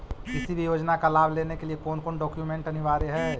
किसी भी योजना का लाभ लेने के लिए कोन कोन डॉक्यूमेंट अनिवार्य है?